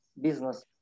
business